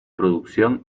producción